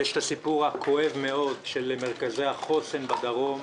יש הסיפור הכואב מאד של מרכזי החוסן בדרום.